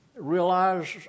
Realize